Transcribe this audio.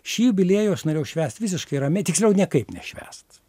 šį jubiliejų aš norėjau švęst visiškai ramiai tiksliau niekaip nešvęst